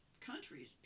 countries